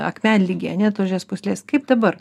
akmenligė a ne tulžies pūslės kaip dabar